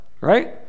Right